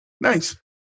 Nice